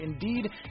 Indeed